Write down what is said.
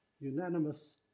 unanimous